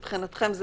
מבחינתכם,